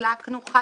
חילקנו 11